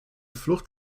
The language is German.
flucht